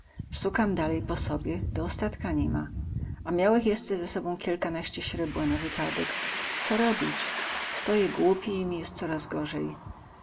sukam dalej po sobie do ostatka ni ma a miałech jesce ze sobą kielkanaście śrebła na wypadek co robić stoję głupi i coraz mi jest gorzej